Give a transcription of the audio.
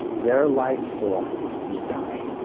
their life form is dying.